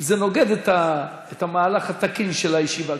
זה נוגד את המהלך התקין של הישיבה,